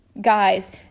guys